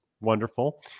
wonderful